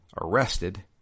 arrested